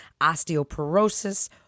osteoporosis